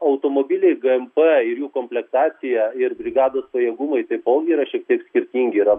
automobiliai gmp ir jų komplektacija ir brigados pajėgumai taipogi yra šiek tiek skirtingi yra